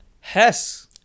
Hess